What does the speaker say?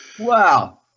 Wow